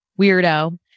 weirdo